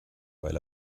weil